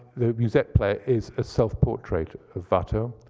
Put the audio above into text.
the musette player is a self-portrait of but